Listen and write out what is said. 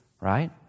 Right